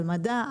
על מדע,